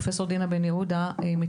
פרופ' דינה בן יהודה מתנצלת,